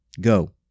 Go